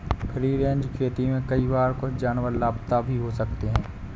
free range खेती में कई बार कुछ जानवर लापता भी हो सकते हैं